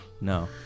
no